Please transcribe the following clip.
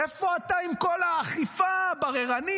איפה אתה עם כל האכיפה הבררנית?